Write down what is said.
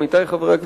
עמיתי חברי הכנסת,